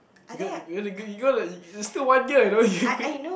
you gonna you gonna you gonna it's still one year you know you